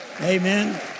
Amen